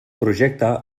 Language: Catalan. projecte